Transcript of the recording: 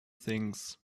things